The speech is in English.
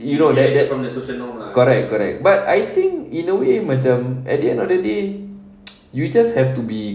you know landed correct correct but I think in a way macam at the end of the day you just have to be